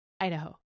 Idaho